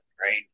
right